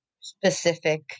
specific